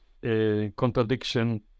contradiction